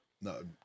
No